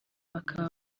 bakaba